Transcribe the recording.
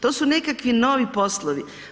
To su nekakvi novi poslovi.